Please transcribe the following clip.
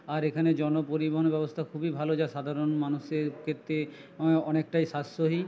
আর এখানে জনপরিবহন ব্যবস্থা খুবই ভালো যা সাধারণ মানুষের ক্ষেত্রে অনেকটাই সাশ্রয়ী